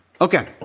Okay